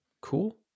Cool